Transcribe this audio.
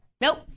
Nope